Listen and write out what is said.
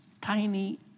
tiny